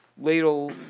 ladle